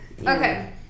Okay